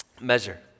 measure